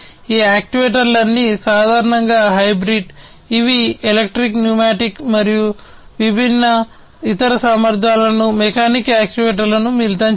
ఈ యాక్యుయేటర్లన్నీ సాధారణంగా హైబ్రిడ్ ఇవి ఎలక్ట్రిక్ న్యూమాటిక్ మరియు విభిన్న ఇతర సామర్థ్యాలను మెకానికల్ యాక్యుయేటర్లను మిళితం చేస్తాయి